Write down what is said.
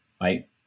right